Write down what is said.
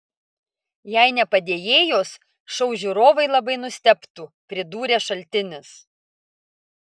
jei ne padėjėjos šou žiūrovai labai nustebtų pridūrė šaltinis